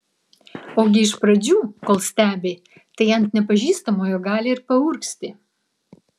ogi iš pradžių kol stebi tai ant nepažįstamojo gali ir paurgzti